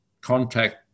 contact